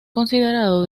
considerado